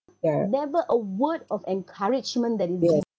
never a word of encouragement that is given